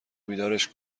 بیدارش